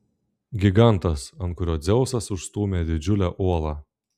gigantas ant kurio dzeusas užstūmė didžiulę uolą